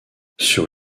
sur